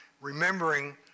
remembering